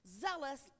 Zealous